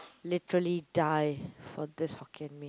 literally die for this Hokkien-Mee